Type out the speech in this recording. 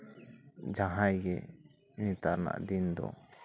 ᱡᱟᱦᱟᱸ ᱜᱮ ᱱᱮᱛᱟᱨᱟᱜ ᱫᱤᱱ ᱫᱚ